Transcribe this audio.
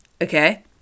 okay